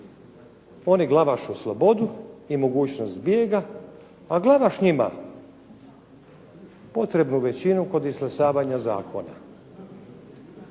Oni Glavašu slobodu i mogućnost bijega, a Glavaš njima potrebnu većinu kod izglasavanja zakona,